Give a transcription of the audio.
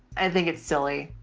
i think it's silly.